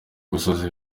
gusoza